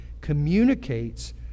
communicates